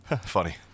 funny